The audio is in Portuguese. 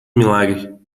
milagre